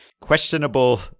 questionable